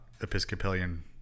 episcopalian